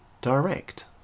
Direct